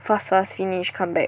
fast fast finishe come back